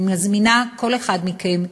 אני מזמינה כל אחד מכם,